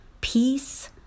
peace